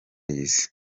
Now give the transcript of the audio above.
y’isi